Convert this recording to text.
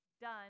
done